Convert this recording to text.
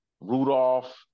Rudolph